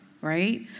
right